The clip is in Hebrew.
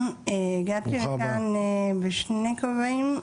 בשני כובעים,